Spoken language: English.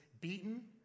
beaten